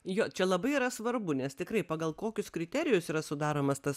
jo čia labai yra svarbu nes tikrai pagal kokius kriterijus yra sudaromas tas